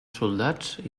soldats